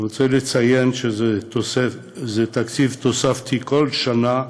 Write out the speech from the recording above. אני רוצה לציין שזה תקציב תוספתי, כל שנה,